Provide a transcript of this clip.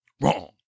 wrong